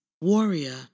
warrior